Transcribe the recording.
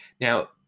Now